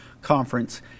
conference